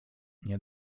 nie